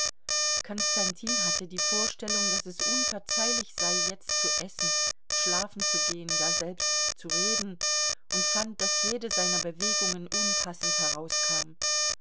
konstantin hatte die vorstellung daß es unverzeihlich sei jetzt zu essen schlafen zu gehen ja selbst zu reden und fand daß jede seiner bewegungen unpassend herauskam